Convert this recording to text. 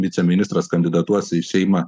viceministras kandidatuos į seimą